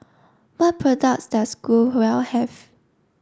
what products does Growell have